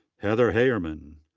heather heyrman.